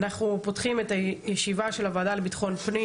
אנחנו פותחים את הישיבה של הוועדה לביטחון הפנים.